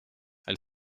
elle